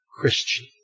Christian